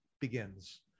begins